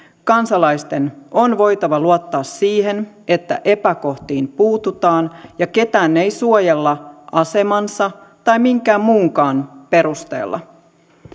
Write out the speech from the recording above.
kansalaisten on voitava luottaa siihen että epäkohtiin puututaan ja ketään ei suojella asemansa tai minkään muunkaan perusteella